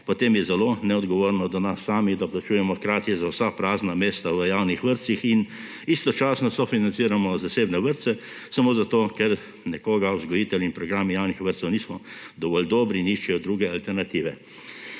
potem je zelo neodgovorno do nas samih, da plačujemo hkrati za vsa prazna mesta v javnih vrtcih in istočasno sofinanciramo zasebne vrtce samo zato, ker za nekoga vzgojitelji in programi javnih vrtcev niso dovolj dobri in iščejo druge alternative.